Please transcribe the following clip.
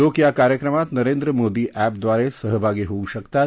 लोक या कार्यक्रमात नरेंद्र मोदी अध्विरो सहभागी होऊ शकतात